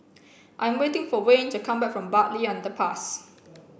I'm waiting for Wayne to come back from Bartley Underpass